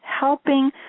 helping